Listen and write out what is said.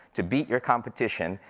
to beat your competition,